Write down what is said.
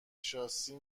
شاسی